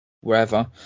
wherever